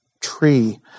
tree